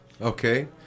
Okay